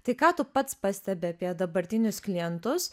tai ką tu pats pastebi apie dabartinius klientus